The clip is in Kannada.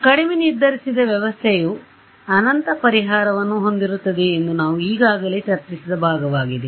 ಆದ್ದರಿಂದ ಕಡಿಮೆ ನಿರ್ಧರಿಸಿದ ವ್ಯವಸ್ಥೆಯು ಅನಂತ ಪರಿಹಾರಗಳನ್ನು ಹೊಂದಿರುತ್ತದೆ ಎಂದು ನಾವು ಈಗಾಗಲೇ ಚರ್ಚಿಸಿದ ಭಾಗವಾಗಿದೆ